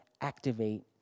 activate